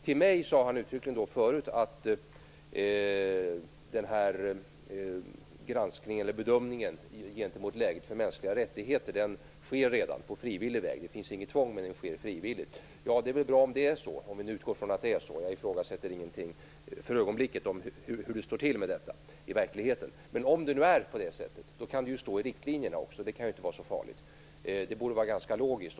Till mig sade han uttryckligen att bedömningen av läget när det gäller mänskliga rättigheter redan sker på frivillig väg och att det inte finns något tvång. Det är väl bra om det är så, om vi nu skall utgå från att det är så. Jag förutsätter för ögonblicket ingenting om hur det står till med detta i verkligheten. Men om det nu är på det sättet, kan det ju också stå med i riktlinjerna. Det kan ju inte vara så farligt. Det borde vara ganska logiskt.